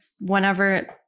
whenever